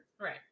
right